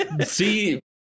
see